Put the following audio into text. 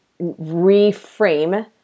reframe